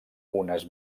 unes